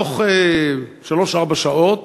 בתוך שלוש-ארבע שעות